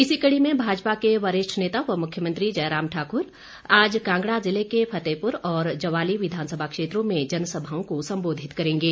इसी कड़ी में भाजपा के वरिष्ठ नेता व मुख्यमंत्री जयराम ठाक्र आज कांगड़ा जिले के फतेहपुर और ज्वाली विधानसभा क्षेत्रों में जनसभाओं को सम्बोधित करेंगे